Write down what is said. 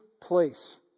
place